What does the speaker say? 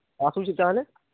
ଆସୁଛି ତାହାଲେ